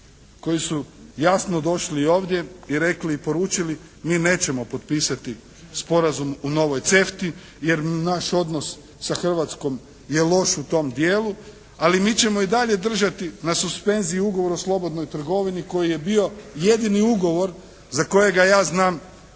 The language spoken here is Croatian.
koji su jasno došli ovdje, rekli i poručili mi nećemo potpisati Sporazum u novoj CEFTA-i jer naš odnos sa Hrvatskom je loš u tom dijelu. Ali mi ćemo i dalje držati na suspenziji ugovora o slobodnoj trgovini koji je bio jedini ugovor za kojega ja znam,